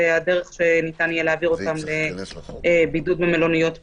ושניתן יהיה להעבירם לבידוד במלוניות בידוד,